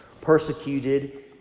persecuted